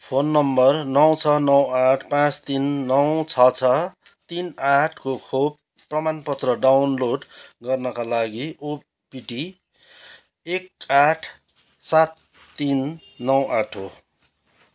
phone नम्बर नौ छ नौ आठ पाँच तिन नौ छ छ तिन आठको खोप प्रमाण पत्र डाउनलोड गर्नका लागि ओपिटी एक आठ सात तिन नौ आठ हो